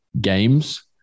games